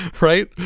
Right